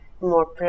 more